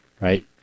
right